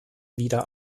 wieder